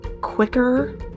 quicker